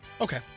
Okay